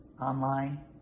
online